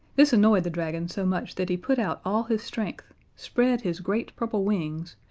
this annoyed the dragon so much that he put out all his strength spread his great purple wings,